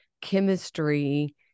chemistry